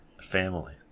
family